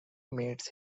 meets